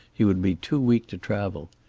he would be too weak to travel.